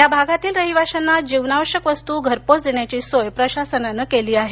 या भागातील रहिवाशांना जीवनावश्यक वस्तू घरपोच देण्याची सोय प्रशासनानं केली आहे